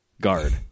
guard